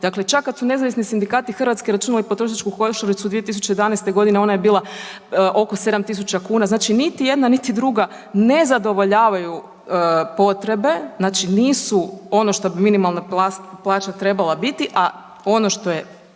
Dakle, čak kad su nezavisni sindikati Hrvatske računali potrošačku košaricu 2011.g. ona je bila oko 7.000 kuna znači niti jedna niti druga ne zadovoljavaju potrebe, znači nisu ono što bi minimalne plaća trebala biti, a ono što je